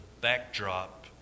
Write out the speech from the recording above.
backdrop